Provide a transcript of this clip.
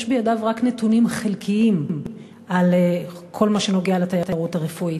יש בידיו רק נתונים חלקיים על כל מה שנוגע לתיירות הרפואית.